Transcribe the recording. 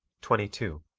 twenty two.